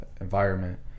environment